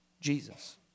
Jesus